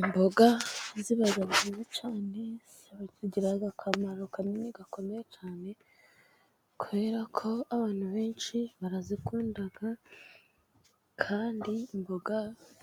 Imboga ziba nziza cyane. Zigira akamaro kanini gakomeye cyane, kubera ko abantu benshi barazikunda. Kandi imboga